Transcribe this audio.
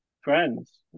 friends